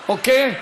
אוקיי?